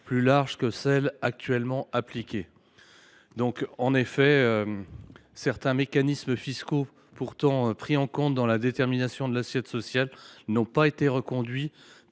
plus large que celle qui est actuellement appliquée. En effet, certains mécanismes fiscaux, pourtant pris en compte dans la détermination de l’assiette sociale, n’ont pas été reconduits,